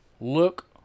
look